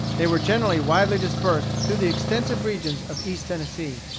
they were generally widely dispersed through the extensive regions of east tennessee.